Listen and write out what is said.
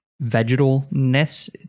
vegetal-ness